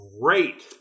great